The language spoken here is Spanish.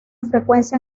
frecuencia